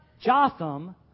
Jotham